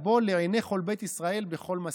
בו לעיני כל בית ישראל בכל מסעיהם".